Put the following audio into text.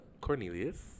Cornelius